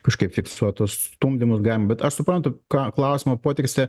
kažkaip fiksuot tuos stumdymus galime bet aš suprantu ką klausimo potekstę